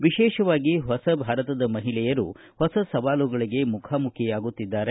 ವಿಶೇಷವಾಗಿ ಹೊಸ ಭಾರತದ ಮಹಿಳೆಯರು ಹೊಸ ಸವಾಲುಗಳಿಗೆ ಮುಖಾಮುಖಿಯಾಗುತ್ತಿದ್ದಾರೆ